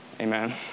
Amen